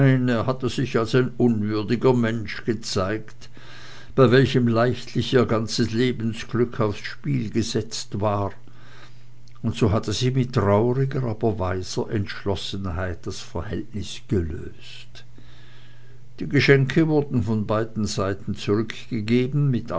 er hatte sich als ein unwürdiger mensch gezeigt bei welchem leichtlich ihr ganzes lebensglück aufs spiel gesetzt war und so hatte sie mit trauriger aber weiser entschlossenheit das verhältnis gelöst die geschenke wurden von beiden seiten zurückgegeben mit